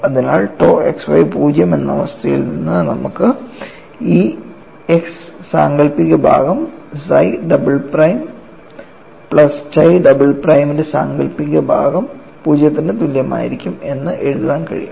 അതിനാൽ tau xy 0 എന്ന അവസ്ഥയിൽ നിന്ന് നമുക്ക് ഈ x സാങ്കൽപ്പിക ഭാഗം psi double prime plus chi double പ്രൈമിന്റെ സാങ്കൽപ്പിക ഭാഗം പൂജ്യത്തിന് തുല്യമായിരിക്കും എന്ന് എഴുതാൻ കഴിയും